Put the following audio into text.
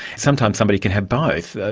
sometimes somebody can have both.